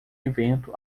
evento